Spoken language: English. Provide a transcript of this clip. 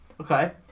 Okay